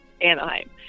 Anaheim